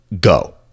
go